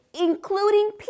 including